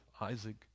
Isaac